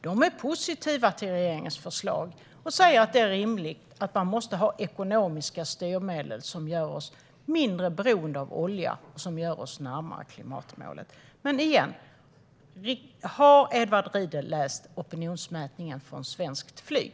De är positiva till regeringens förslag och säger att det är rimligt med ekonomiska styrmedel som gör oss mindre beroende av olja och som för oss närmare klimatmålet. Återigen: Har Edward Riedl läst opinionsmätningen från Svenskt Flyg?